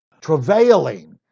travailing